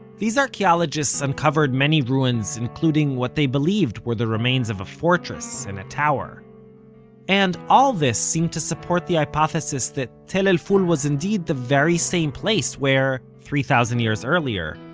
these archeologists uncovered many ruins including what they believed were the remains of a fortress and a tower and all this seemed to support the hypothesis that tell el-ful was indeed the very same place where, three thousand years earlier,